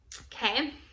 Okay